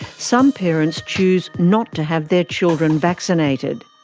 some parents choose not to have their children vaccinated.